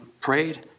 prayed